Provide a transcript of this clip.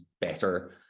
better